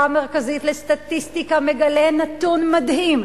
המרכזית לסטטיסטיקה מגלה נתון מדהים: